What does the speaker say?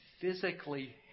physically